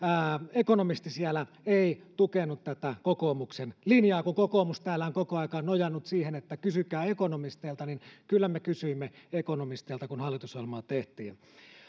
ekonomisti siellä ei tukenut tätä kokoomuksen linjaa kun kokoomus täällä on koko aika nojannut siihen että kysykää ekonomisteilta niin kyllä me kysyimme ekonomisteilta kun hallitusohjelmaa tehtiin